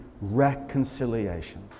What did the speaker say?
reconciliation